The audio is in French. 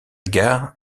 gare